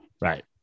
Right